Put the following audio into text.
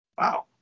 Wow